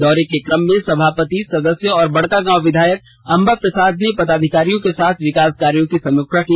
दौरे के कम में सभापति सदस्य और बड़कागांव विधायक अंबा प्रसाद ने पदाधिकारियों के साथ विकास कार्यो की समीक्षा की